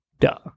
Duh